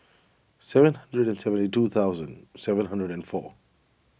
seven hundred and seventy two thousand seven hundred and four